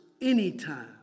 anytime